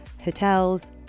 hotels